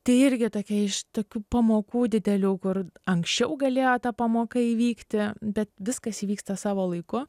tai irgi tokia iš tokių pamokų didelių kur anksčiau galėjo ta pamoka įvykti bet viskas įvyksta savo laiku